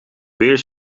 beer